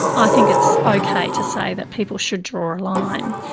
i think it's okay to say that people should draw a line.